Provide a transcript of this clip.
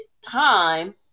time